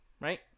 right